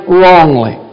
wrongly